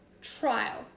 trial